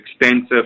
extensive